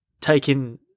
taking